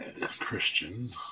Christian